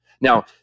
Now